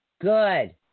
Good